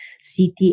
city